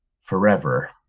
forever